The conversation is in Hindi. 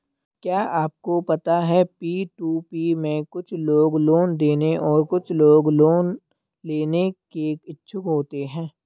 क्या आपको पता है पी.टू.पी में कुछ लोग लोन देने और कुछ लोग लोन लेने के इच्छुक होते हैं?